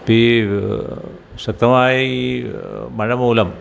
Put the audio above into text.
ഇപ്പോഴീ ശക്തമായ ഈ മഴമൂലം